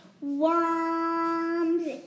worms